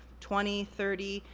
twenty, thirty?